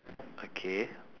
okay